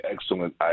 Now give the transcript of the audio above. excellent